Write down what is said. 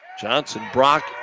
Johnson-Brock